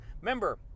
Remember